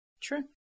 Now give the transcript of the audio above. True